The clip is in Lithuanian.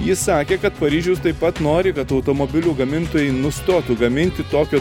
jis sakė kad paryžius taip pat nori kad automobilių gamintojai nustotų gaminti tokio